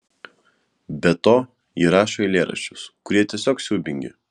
be to ji rašo eilėraščius kurie tiesiog siaubingi